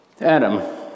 Adam